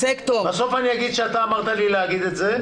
בסוף אני אגיד שאתה אמרת לי להגיד את זה,